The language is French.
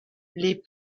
les